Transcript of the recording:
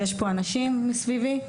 יש פה אנשים סביבי?